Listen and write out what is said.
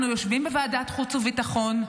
אנחנו יושבים בוועדת חוץ וביטחון,